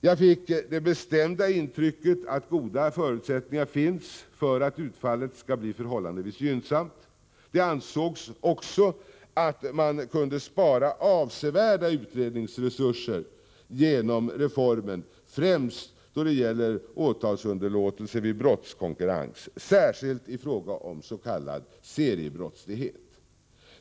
Jag fick det bestämda intrycket att goda förutsättningar finns för att utfallet skall bli förhållandevis gynnsamt. Det ansågs också att man kunde spara avsevärda utredningsresurser genom reformen, främst då det gäller åtalsunderlåtelse vid brottskonkurrens och särskilt i fråga om s.k. seriebrottslighet.